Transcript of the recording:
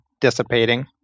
dissipating